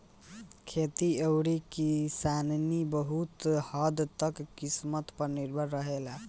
खेती अउरी किसानी बहुत हद्द तक किस्मत पर निर्भर रहेला